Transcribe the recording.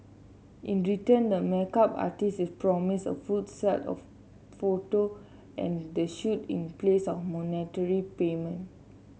in return the makeup artist is promised a full set of photo and the shoot in place of monetary payment